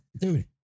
Dude